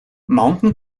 mountain